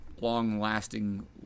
long-lasting